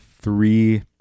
three